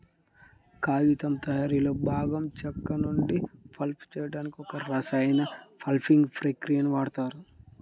కాగితం తయారీలో భాగంగా చెక్క నుండి పల్ప్ చేయడానికి ఒక రసాయన పల్పింగ్ ప్రక్రియని వాడుతారు